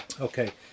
okay